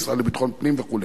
המשרד לביטחון פנים וכו'.